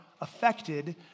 affected